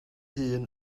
hun